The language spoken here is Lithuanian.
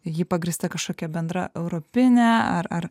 ji pagrįsta kažkokia bendra europine ar ar